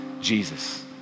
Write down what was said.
Jesus